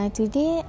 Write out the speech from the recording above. Today